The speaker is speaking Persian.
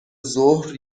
ظهر